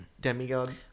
demigod